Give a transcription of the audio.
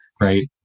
right